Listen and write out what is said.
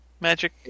Magic